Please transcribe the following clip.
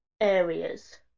areas